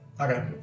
Okay